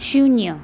शून्य